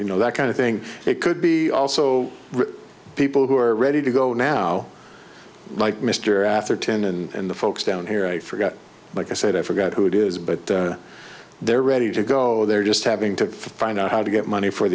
you know that kind of thing they could be also people who are ready to go now like mr atherton and the folks down here i forgot like i said i forgot who it is but they're ready to go they're just having to find out how to get money for